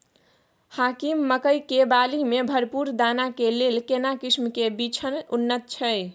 हाकीम मकई के बाली में भरपूर दाना के लेल केना किस्म के बिछन उन्नत छैय?